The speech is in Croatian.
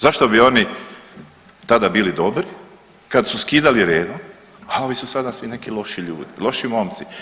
Zašto bi oni tada bili dobri kad su skidali ... a ovi su sada svi neki loši ljudi, loši momci.